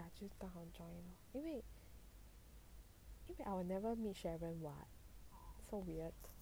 ya 就刚好 join 因为 I will never meet cheryl [what] so weird